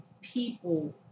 people